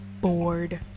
bored